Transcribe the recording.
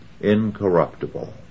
incorruptible